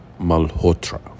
Malhotra